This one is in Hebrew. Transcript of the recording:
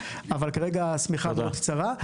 אבל השמיכה כרגע מאוד קצרה.